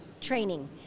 training